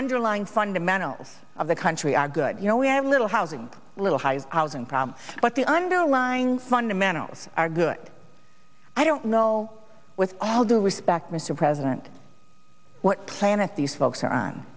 underlying fundamentals of the country are good you know we had a little housing a little higher housing problem but the underlying fundamentals are good i don't know with all due respect mr president what planet these folks are on